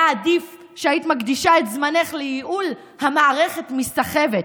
היה עדיף שהיית מקדישה את זמנך לייעול המערכת מסחבת,